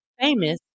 famous